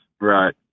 right